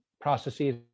processes